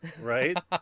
Right